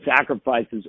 sacrifices